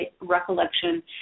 recollection